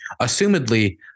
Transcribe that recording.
assumedly